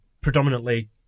predominantly